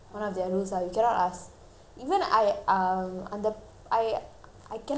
even I uh அந்த:antha I I cannot share my phone number with the boy தெரியுமா:theriyuma